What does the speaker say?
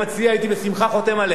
הייתי בשמחה חותם עליה,